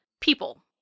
people